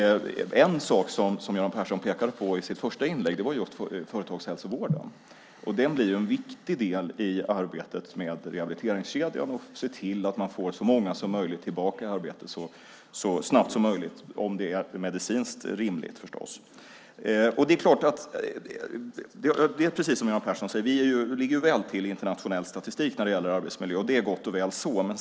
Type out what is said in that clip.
En sak som Göran Persson pekade på i sitt första inlägg var företagshälsovården. Den blir en viktig del i arbetet med rehabiliteringskedjan för att se till att man får så många som möjligt tillbaka i arbete så snabbt som möjligt om det är medicinskt rimligt. Vi ligger, som Göran Persson säger, väl till i internationell jämförelse när det gäller arbetsmiljö, och det är gott och väl så.